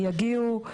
יגיעו,